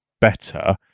better